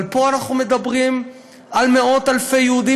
אבל פה אנחנו מדברים על מאות אלפי יהודים,